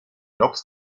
loks